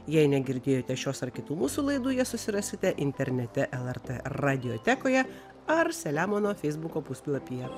jei negirdėjote šios ar kitų mūsų laidų jas susirasite internete lrt radiotekoje ar selemono feisbuko puslapyje